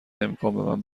امکان